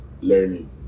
learning